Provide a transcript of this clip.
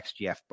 XGF